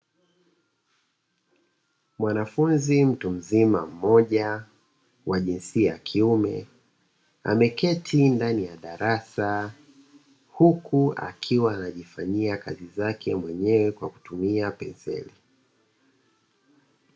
Mwanafunzi mtumzima mmoja wajinsia yakiume ameketi ndani ya darasa huku akiwa anajifanyia kazizake mwenyewe kwakutumia penseli.